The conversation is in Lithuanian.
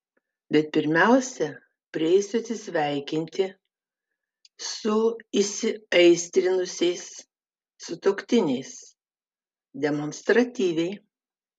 bet pirmiausia prieisiu atsisveikinti su įsiaistrinusiais sutuoktiniais demonstratyviai